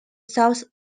south